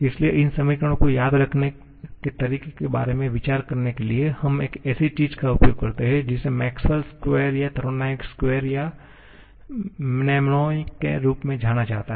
इसलिए इन समीकरणों को याद रखने के तरीके के बारे में विचार करने के लिए हम एक ऐसी चीज़ का उपयोग करते हैं जिसे मैक्सवेल स्केवेर Maxwell's square या थर्मोडायनामिक्स स्केवेर या मनमोनिक के रूप में जाना जाता है